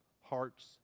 hearts